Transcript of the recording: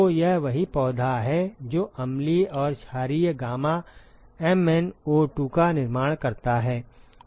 तो यह वही पौधा है जो अम्लीय और क्षारीय गामा MnO2 का निर्माण करता है